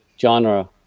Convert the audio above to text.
genre